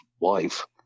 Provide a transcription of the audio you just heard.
wife